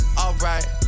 alright